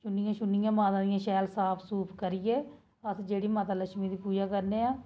चु'न्नियां शु'न्नियां माता दियां शैल साफ सूफ करियै अस जेह्ड़ी माता लच्छमी दी पूजा करने आं